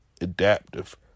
adaptive